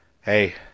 hey